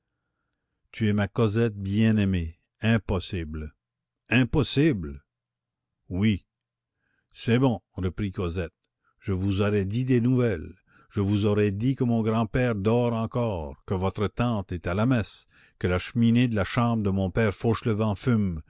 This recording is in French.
tu es ma cosette bien-aimée impossible impossible oui c'est bon reprit cosette je vous aurais dit des nouvelles je vous aurais dit que mon grand-père dort encore que votre tante est à la messe que la cheminée de la chambre de mon père fauchelevent fume